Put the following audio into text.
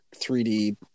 3D